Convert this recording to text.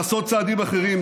לעשות צעדים אחרים,